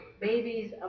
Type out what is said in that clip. Babies